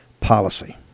policy